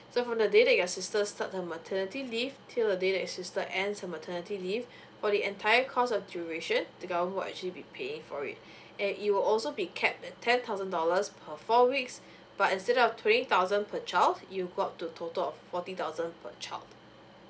so from the day that your sister start her maternity leave till the day that your sister ends her maternity leave for the entire course of duration the government will actually be paying for it and it will also be capped at ten thousand dollars per four weeks but instead of twenty thousand per child you got to total of forty thousand per child